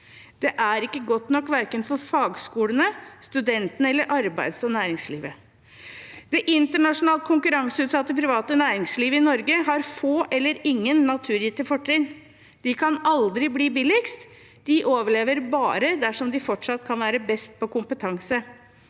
Det er ikke godt nok verken for fagskolene, studentene eller arbeids- og næringslivet. Det internasjonalt konkurranseutsatte private næringslivet i Norge har få eller ingen naturgitte fortrinn. De kan aldri bli billigst, de overlever bare dersom de fortsatt kan være best på kompetanse.